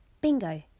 Bingo